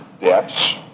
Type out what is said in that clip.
debts